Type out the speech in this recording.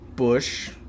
Bush